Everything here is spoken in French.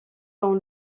dans